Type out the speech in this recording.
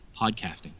podcasting